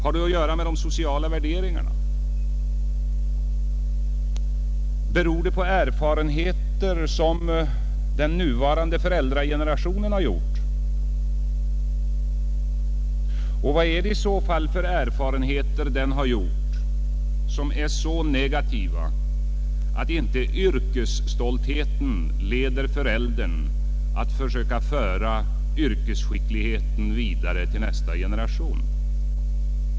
Har det att göra med sociala värderingar? Beror det på erfarenheter som föräldragenerationen har gjort? Vad är det i så fall för erfarenheter som är så negativa, att inte yrkesstoltheten leder föräldern att försöka föra yrkesskickligheten vidare till nästa generation?